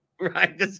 Right